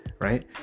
Right